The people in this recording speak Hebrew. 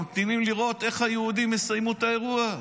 ממתינים לראות איך היהודים יסיימו את האירוע.